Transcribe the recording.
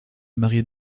marie